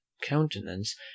countenance